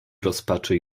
rozpaczy